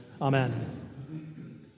Amen